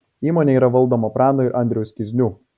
įmonė yra valdoma prano ir andriaus kiznių